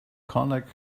contact